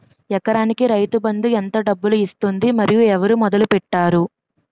ఎకరానికి రైతు బందు ఎంత డబ్బులు ఇస్తుంది? మరియు ఎవరు మొదల పెట్టారు?